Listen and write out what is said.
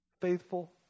faithful